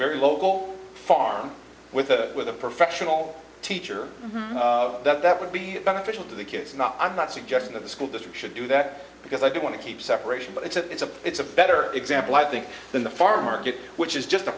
very local farm with a with a professional teacher that that would be beneficial to the kids not i'm not suggesting that the school district should do that because i do want to keep separation but it's a it's a it's a better example i think than the farmer get which is just a